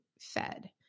fed